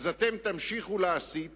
אתם תמשיכו להסית